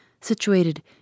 situated